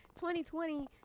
2020